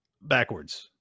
backwards